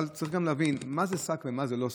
אבל צריך להבין מה זה שק ומה זה לא שק.